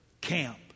camp